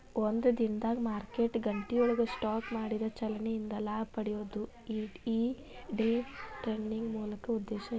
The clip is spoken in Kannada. ಒಂದ ದಿನದಾಗ್ ಮಾರ್ಕೆಟ್ ಗಂಟೆಯೊಳಗ ಸ್ಟಾಕ್ ಮಾಡಿದ ಚಲನೆ ಇಂದ ಲಾಭ ಪಡೆಯೊದು ಈ ಡೆ ಟ್ರೆಡಿಂಗಿನ್ ಮೂಲ ಉದ್ದೇಶ ಐತಿ